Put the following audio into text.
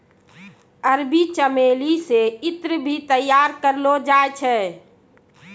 अरबी चमेली से ईत्र भी तैयार करलो जाय छै